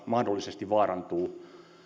mahdollisesti vaarantuu